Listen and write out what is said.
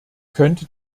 könnte